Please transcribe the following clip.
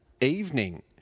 evening